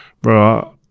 bro